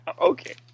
Okay